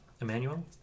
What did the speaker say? Emmanuel